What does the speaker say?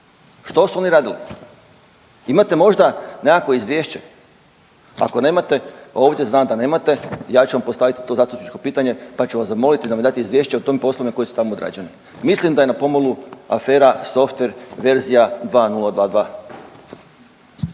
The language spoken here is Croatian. Što su oni radili? Imate možda nekakvo izvješće? Ako nemate ovdje znam da nemate ja ću vam postaviti to zastupničko pitanje pa ću vam zamoliti da mi date izvješće o tim poslovima koji su tamo odrađeni. Mislim da je na pomolu afera Softver verzija 2022.